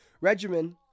Regimen